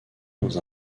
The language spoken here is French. dans